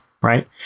Right